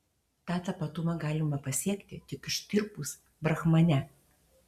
tą tapatumą galima pasiekti tik ištirpus brahmane